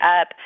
up